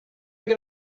they